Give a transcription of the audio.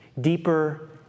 deeper